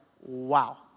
wow